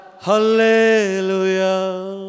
Hallelujah